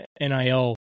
NIL